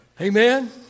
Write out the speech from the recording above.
amen